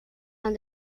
and